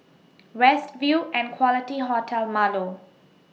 West View and Quality Hotel Marlow